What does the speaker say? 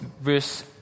Verse